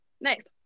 next